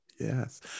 Yes